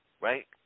right